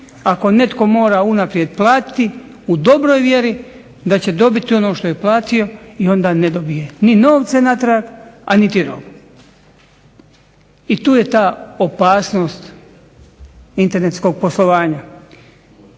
ako netko mora unaprijed platiti u dobroj vjeri da će dobiti ono što je platio i onda ne dobije ni novce natrag, a niti robu. I tu je ta opasnost internetskog poslovanja.